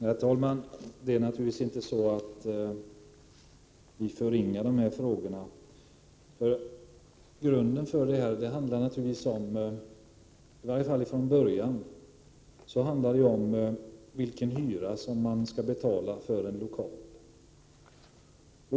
Herr talman! Det är naturligtvis inte så att vi förringar dessa frågor. Från början handlar det om vilken hyra man skall betala för en lokal.